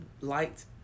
liked